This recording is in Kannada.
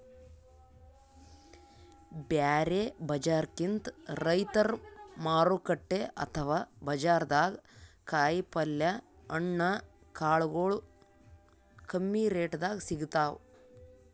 ಬ್ಯಾರೆ ಬಜಾರ್ಕಿಂತ್ ರೈತರ್ ಮಾರುಕಟ್ಟೆ ಅಥವಾ ಬಜಾರ್ದಾಗ ಕಾಯಿಪಲ್ಯ ಹಣ್ಣ ಕಾಳಗೊಳು ಕಮ್ಮಿ ರೆಟೆದಾಗ್ ಸಿಗ್ತಾವ್